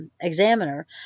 Examiner